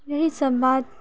यही सभ बात